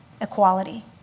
equality